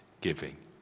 giving